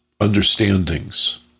understandings